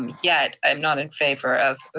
um yet i'm not in favor of